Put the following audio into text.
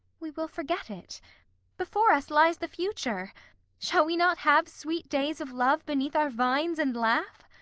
we will forget it before us lies the future shall we not have sweet days of love beneath our vines and laugh?